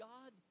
God